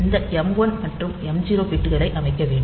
இந்த m1 மற்றும் m0 பிட்களை அமைக்க வேண்டும்